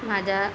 माझ्या